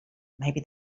maybe